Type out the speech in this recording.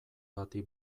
bati